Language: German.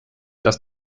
das